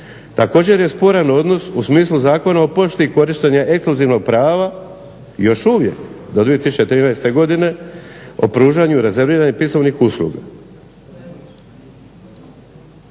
Također je sporan odnos u smislu Zakona o pošti i korištenja ekskluzivnog prava još uvijek do 2013. godine o pružanju rezerviranih pismovnih usluga.